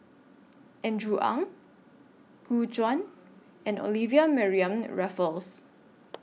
Andrew Ang Gu Juan and Olivia Mariamne Raffles